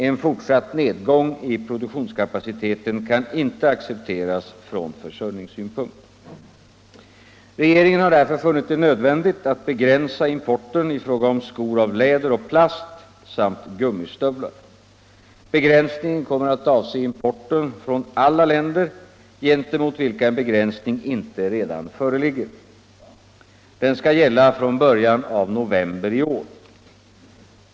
En fortsatt nedgång i produktionskapaciteten kan inte accepteras från försörjningssynpunkt. Regeringen har därför funnit det nödvändigt att begränsa importen i fråga om skor av läder och plast samt gummistövlar. Begränsningen kommer att avse importen från alla länder gentemot vilka en begränsning 87 gärder för att trygga inhemsk produktion av skor inte redan föreligger. Den skall gälla från början av november i år.